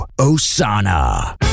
Osana